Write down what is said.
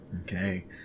Okay